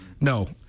No